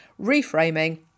Reframing